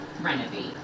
renovate